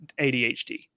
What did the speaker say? ADHD